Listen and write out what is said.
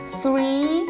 three